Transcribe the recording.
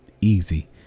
easy